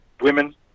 women